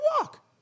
walk